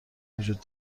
وجود